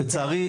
לצערי,